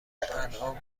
انعام